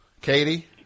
Katie